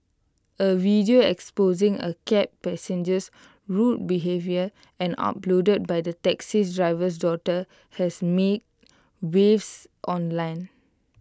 A video exposing A cab passenger's rude behaviour and uploaded by the taxi driver's daughter has made waves online